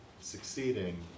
succeeding